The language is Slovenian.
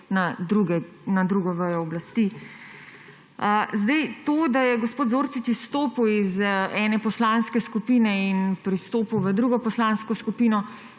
na drugo vejo oblasti. To, da je gospod Zorčič izstopil iz ene poslanske skupine in pristopil v drugo poslansko skupino,